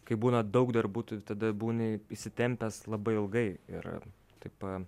kai būna daug darbų tu tada būni įsitempęs labai ilgai ir taip